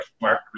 Mark